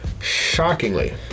shockingly